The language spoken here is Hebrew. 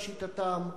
לשיטתם,